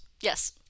yes